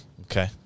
Okay